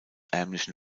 ärmlichen